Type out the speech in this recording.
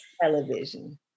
television